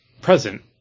present